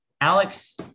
Alex